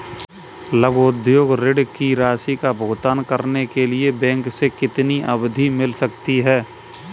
लघु उद्योग ऋण की राशि का भुगतान करने के लिए बैंक से कितनी अवधि मिल सकती है?